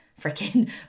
freaking